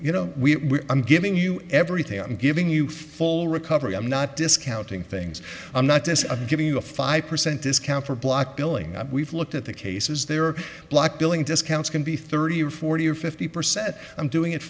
you know we i'm giving you everything i'm giving you full recovery i'm not discounting things i'm not this of giving you a five percent discount for block billing we've looked at the cases there are block billing discounts can be thirty or forty or fifty percent i'm doing it